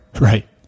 Right